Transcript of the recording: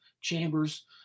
chambers